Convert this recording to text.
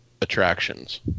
attractions